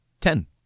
Ten